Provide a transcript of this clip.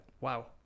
Wow